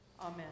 Amen